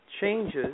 changes